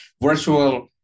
virtual